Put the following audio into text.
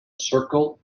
circle